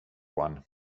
one